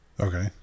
Okay